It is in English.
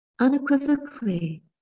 Unequivocally